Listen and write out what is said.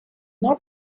not